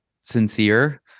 sincere